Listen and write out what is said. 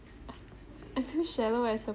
uh I seem shallow as a